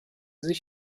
sich